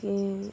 त्यही